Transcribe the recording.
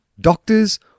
doctors